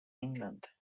england